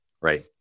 right